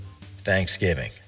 Thanksgiving